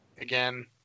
Again